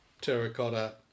terracotta